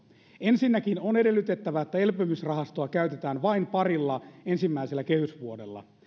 ensinnäkin on edellytettävä että elpymisrahastoa käytetään vain parilla ensimmäisellä kehysvuodella